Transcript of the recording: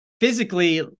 physically